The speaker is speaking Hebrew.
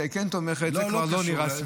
היא כן תומכת זה כבר לא נראה סביר.